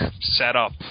setup